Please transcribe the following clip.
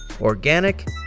organic